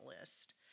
list